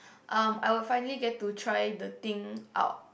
um I will finally get to try the thing out